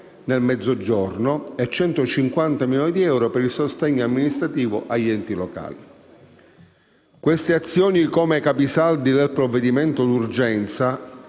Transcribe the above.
nel Mezzogiorno e 150 milioni di euro per il sostegno amministrativo agli enti locali. Queste azioni, come capisaldi del provvedimento di urgenza,